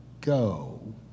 go